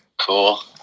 Cool